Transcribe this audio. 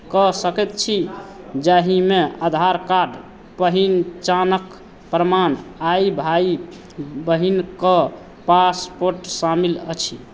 कऽ सकैत छी जाहिमे आधार कार्ड पहिचानक प्रमाण आइ भाय बहिनके पासपोर्ट शामिल अछि